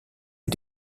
est